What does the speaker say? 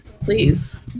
please